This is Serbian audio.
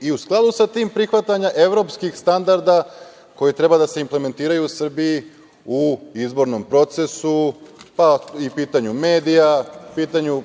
i u skladu sa tim prihvatanja evropskih standarda koji treba da se implementiraju u Srbiji u izbornom procesu, pa i pitanju medija, i pitanju